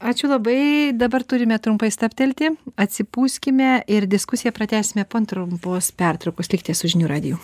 ačiū labai dabar turime trumpai stabtelti atsipūskime ir diskusiją pratęsime po trumpos pertraukos likite su žinių radiju